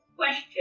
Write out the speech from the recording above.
Question